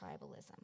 tribalism